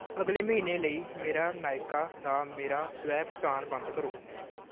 ਅਗਲੇ ਮਹੀਨੇ ਲਈ ਮੇਰਾ ਨਾਇਕਾ ਦਾ ਮੇਰਾ ਸਵੈ ਭੁਗਤਾਨ ਬੰਦ ਕਰੋ